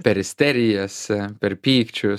per isterijas per pykčius